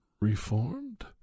reformed